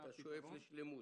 אתה שואף לשלמות.